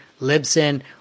Libsyn